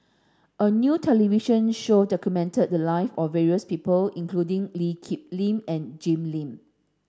a new television show documented the live of various people including Lee Kip Lin and Jim Lim